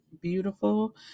beautiful